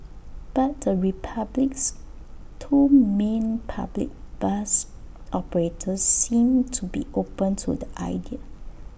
but the republic's two main public bus operators seem to be open to the idea